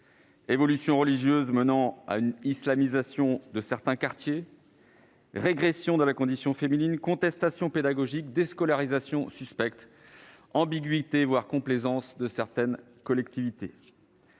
évolutions religieuses menant à une islamisation de certains quartiers, régression de la condition féminine, contestations pédagogiques, déscolarisations suspectes, ambiguïté voire complaisance de certaines collectivités.